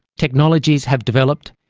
technologies have developed,